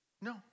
No